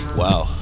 wow